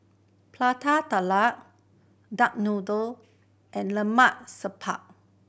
Prata Telur duck noodle and Lemak Siput